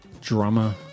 drummer